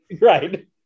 Right